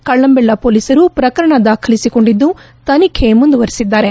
ಕಳ್ಳಂಬೆಳ್ಳ ಪೊಲೀಸರು ಪ್ರಕರಣ ದಾಖಲಿಸಿಕೊಂಡಿದ್ದು ತನಿಖೆ ಮುಂದುವರೆಸಿದ್ದಾರೆ